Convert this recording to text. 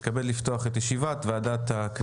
אני מתכבד לפתוח את ישיבת הכנסת,